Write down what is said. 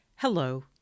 Hello